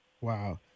Wow